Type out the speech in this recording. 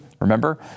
Remember